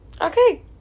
okay